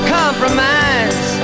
compromise